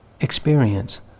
experience